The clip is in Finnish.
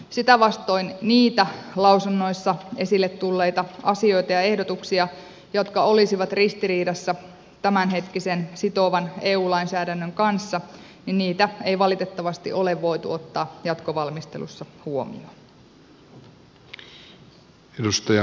sitä vastoin niitä lausunnoissa esille tulleita asioita ja ehdotuksia jotka olisivat ristiriidassa tämänhetkisen sitovan eu lainsäädännön kanssa ei valitettavasti ole voitu ottaa jatkovalmistelussa huomioon